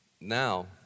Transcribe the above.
Now